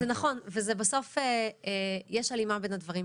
זה נכון ובסוף יש הלימה בין הדברים,